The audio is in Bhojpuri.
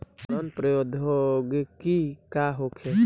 सड़न प्रधौगकी का होखे?